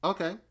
Okay